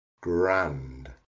grand